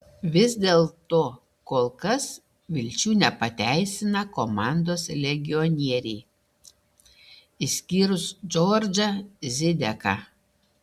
vis dėlto kol kas vilčių nepateisina komandos legionieriai išskyrus džordžą zideką